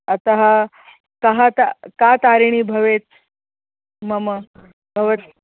अतः कः कः का तारिणी भवेत् मम भवतु